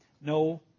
no